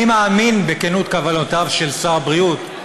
אני מאמין בכנות כוונותיו של שר הבריאות,